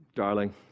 darling